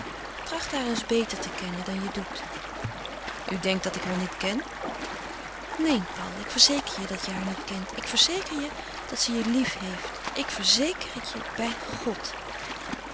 tracht eens haar beter te kennen dan je doet u denkt dat ik haar niet ken neen paul ik verzeker je dat je haar niet kent ik verzeker je dat ze je lief heeft ik verzeker het je bij god